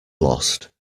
lost